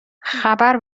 خبر